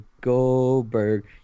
Goldberg